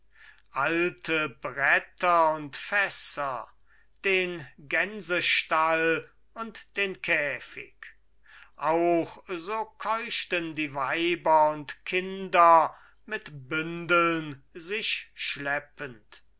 alte bretter und fässer den gänsestall und den käfig auch so keuchten die weiber und kinder mit bündeln sich schleppend